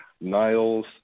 Niles